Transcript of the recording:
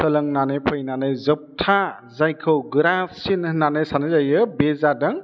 सोलोंनानै फैनानै जोबथा जायखौ गोरासिन होन्नानै सान्नाय जायो बे जादों